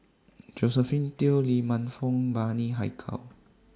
Josephine Teo Lee Man Fong Bani Haykal